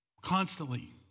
Constantly